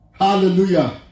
Hallelujah